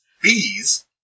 Bees